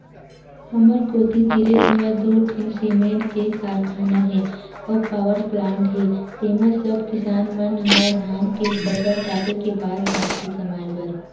हमर कोती तीरेच म दू ठीन सिरमेंट के कारखाना हे अउ पावरप्लांट हे तेंमा सब किसान मन ह धान के फसल काटे के बाद जाथे कमाए बर